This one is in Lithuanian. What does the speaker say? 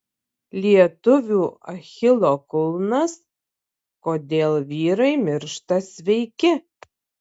lietuvių achilo kulnas kodėl vyrai miršta sveiki